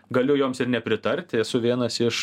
galiu joms ir nepritarti esu vienas iš